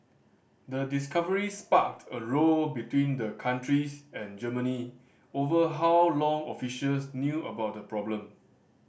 the discovery sparked a row between the countries and Germany over how long officials knew about the problem